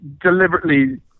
deliberately